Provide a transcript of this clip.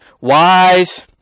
wise